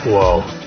Whoa